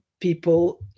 people